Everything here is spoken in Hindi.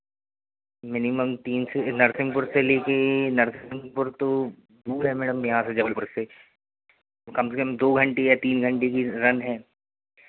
मिनिमम तीन से नरसिंहपुर से लेके नरसिंहपुर तो दूर है मैडम यहाँ से जबलपुर से तो कम से कम दो घण्टे या तीन घण्टे की रन है